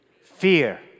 Fear